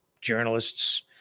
journalists